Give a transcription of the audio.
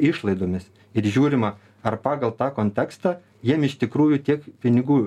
išlaidomis ir žiūrima ar pagal tą kontekstą jiem iš tikrųjų tiek pinigų